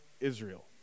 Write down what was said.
Israel